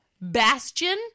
Bastion